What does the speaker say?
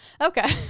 Okay